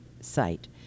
site